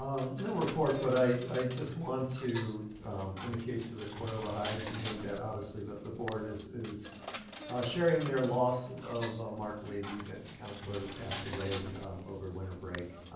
um no report, but i just want to indicate to the cordova high community that obviously that the board is is sharing their loss of mark levy, the counselor who passed away over winter break.